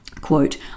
quote